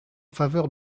faveur